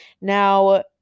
Now